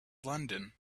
london